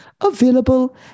available